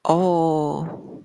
oh